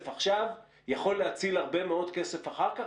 עכשיו יכול להציל הרבה מאוד כסף אחר כך,